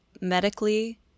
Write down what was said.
medically